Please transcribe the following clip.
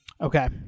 Okay